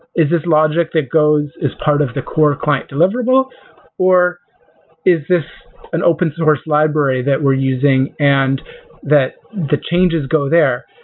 is this logic that goes as part of the core client deliverable or is this an open-source library that we're using and that the changes go there?